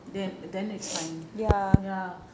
then then it's fine ya